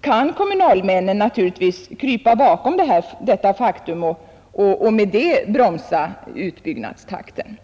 kan kommunalmännen naturligtvis krypa bakom detta faktum och därigenom bromsa utbyggnadstakten.